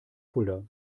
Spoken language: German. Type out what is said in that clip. fulda